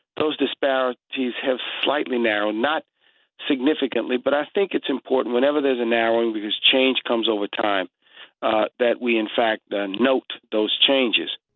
those disparities have slightly narrowed. not significantly, but i think it's important whenever there is a narrowing because change comes over time that we in fact note those changes.